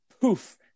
poof